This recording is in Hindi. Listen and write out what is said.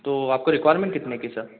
तो आपको रिक्वायरमेंट कितने की है सर